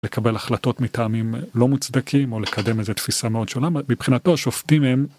לקבל החלטות מטעמים לא מוצדקים או לקדם איזה תפיסה מאוד שונה, מבחינתו השופטים הם...